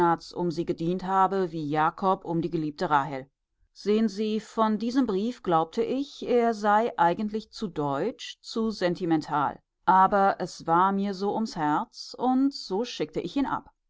um sie gedient habe wie jakob um die geliebte rahel sehen sie von diesem brief glaubte ich er sei eigentlich zu deutsch zu sentimental aber es war mir so ums herz und so schickte ich ihn ab